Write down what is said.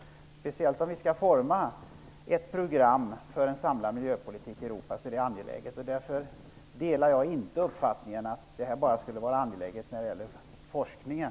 Det är speciellt angeläget om vi skall utforma ett program för en samlad miljöpolitik i Europa. Därför delar jag inte uppfattningen att detta bara skulle vara angeläget när det gäller forskningen.